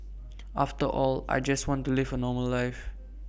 after all I just want to live A normal life